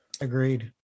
Agreed